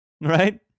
right